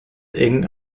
eng